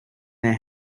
their